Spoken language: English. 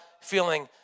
feeling